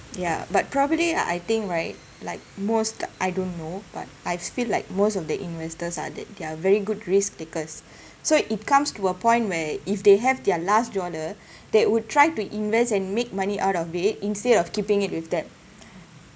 ya but probably uh I think right like most I don't know but I feel like most of the investors are that they're very good risk takers so it comes to a point where if they have their last dollar they would try to invest and make money out of it instead of keeping it with them